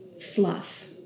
fluff